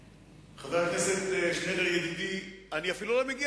ב-2 יש לך כבר שני זיזים, אתה יכול להיאחז